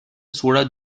soda